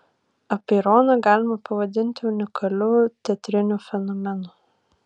apeironą galima pavadinti unikaliu teatriniu fenomenu